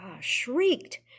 shrieked